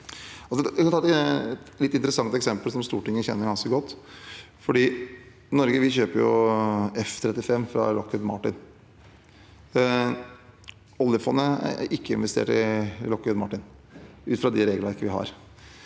Jeg kan ta et litt interessant eksempel som Stortinget kjenner ganske godt. Norge kjøper jo F-35 fra Lockheed Martin. Oljefondet er ikke investert i Lockheed Martin, ut fra det regelverket vi har.